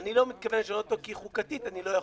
אני לא מתכוון לשנות אותו, כי חוקתית אני לא יכול.